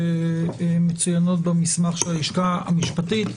זה פרויקט משותף שלנו ושל משרד המשפטים.